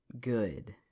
good